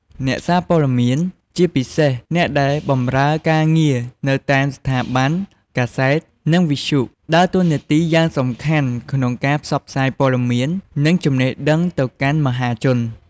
អ្នកសារព័ត៌មាន ជាពិសេសអ្នកដែលបម្រើការងារនៅតាមស្ថាប័ន កាសែត និងវិទ្យុ ដើរតួនាទីយ៉ាងសំខាន់ក្នុងការផ្សព្វផ្សាយព័ត៌មាន និងចំណេះដឹងទៅកាន់មហាជន។